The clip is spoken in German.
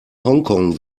hongkong